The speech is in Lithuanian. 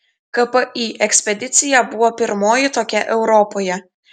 kpi ekspedicija buvo pirmoji tokia europoje